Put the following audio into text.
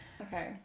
Okay